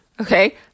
okay